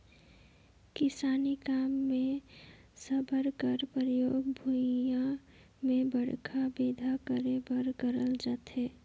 किसानी काम मे साबर कर परियोग भुईया मे बड़खा बेंधा करे बर करल जाथे